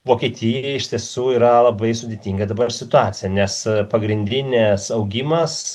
vokietijai iš tiesų yra labai sudėtinga dabar situacija nes pagrindinės augimas